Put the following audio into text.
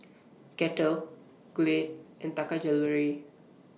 Kettle Glade and Taka Jewelry